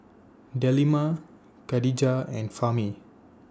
Delima Khadija and Fahmi